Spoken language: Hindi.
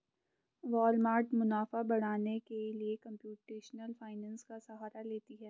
वालमार्ट मुनाफा बढ़ाने के लिए कंप्यूटेशनल फाइनेंस का सहारा लेती है